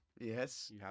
Yes